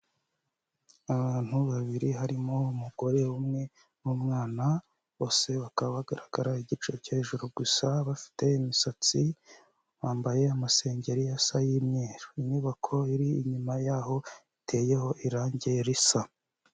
Abantu babiri harimo umugore umwe n'umwana, bose bakaba bagaragara igice cyo hejuru gusa bafite imisatsi, bambaye amasengeri asa y'imyeru. Inyubako iri inyuma yaho iteyeho irangi risa.